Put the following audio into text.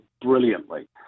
brilliantly